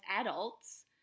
adults